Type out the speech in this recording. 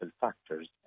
factors